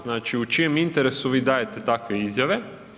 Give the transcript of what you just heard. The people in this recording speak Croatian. Znači, u čijem interesu vi dajete takve izjave?